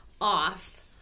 off